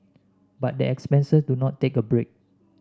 but the expenses do not take a break